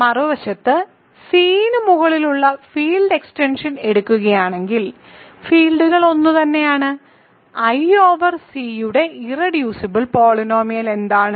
മറുവശത്ത് C ന് മുകളിലുള്ള ഫീൽഡ് എക്സ്റ്റൻഷൻ എടുക്കുകയാണെങ്കിൽ ഫീൽഡുകൾ ഒന്നുതന്നെയാണ് ഐ ഓവർ സി യുടെ ഇർറെഡ്യൂസിബിൾ പോളിനോമിയൽ എന്താണ്